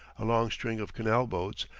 a long string of canal-boats,